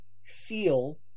seal